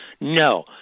No